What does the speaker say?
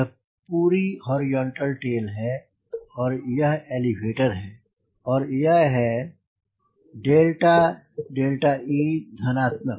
यह पूरी horizontal tail है और यह एलीवेटर है और यह है e धनात्मक